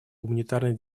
гуманитарной